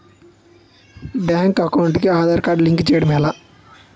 Bank account కి Aadhaar card link చేయడం ఎలా?